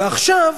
ועכשיו